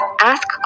ask